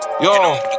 yo